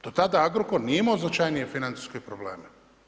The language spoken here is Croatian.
Do tada Agrokor nije imao značajnije financijske probleme.